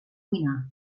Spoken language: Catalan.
cuinar